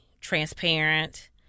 transparent